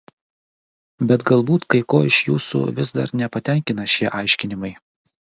bet galbūt kai ko iš jūsų vis dar nepatenkina šie aiškinimai